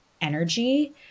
energy